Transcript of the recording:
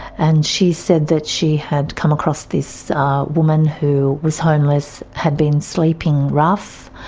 and she said that she had come across this woman who was homeless, had been sleeping rough.